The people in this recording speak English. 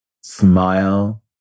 smile